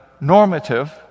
normative